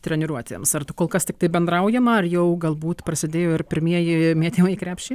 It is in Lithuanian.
treniruotėms ar kol kas tiktai bendraujama ar jau galbūt prasidėjo ir pirmieji mėtymai į krepšį